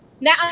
now